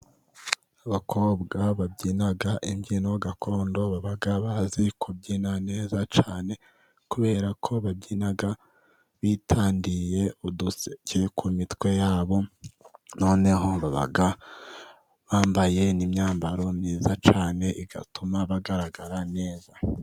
Abakobwa babyina imbyino gakondo baba bazi kubyina neza cyane, kubera ko babyina bitandiye uduseke ku mitwe yabo, noneho baba bambaye n'imyambaro myiza cyane, igatuma bagaragara neza.